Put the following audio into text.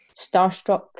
starstruck